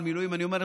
על מילואים,